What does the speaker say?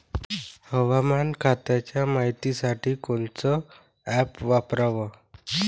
हवामान खात्याच्या मायतीसाठी कोनचं ॲप वापराव?